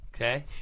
Okay